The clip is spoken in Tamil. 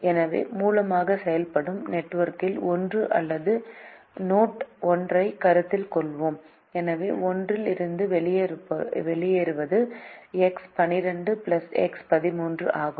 எனவே மூலமாக செயல்படும் வெர்டெக்ஸ் 1 அல்லது நோட் 1 ஐ கருத்தில் கொள்வோம் எனவே 1 இல் இருந்து வெளியேறுவது எக்ஸ் 12 எக்ஸ் 13 ஆகும்